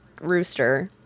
rooster